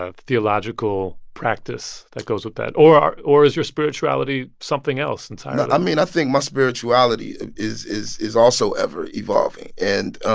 ah theological practice that goes with that? or or is your spirituality something else entirely? i mean, i think my spirituality is is also ever-evolving. and,